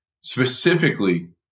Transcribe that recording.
specifically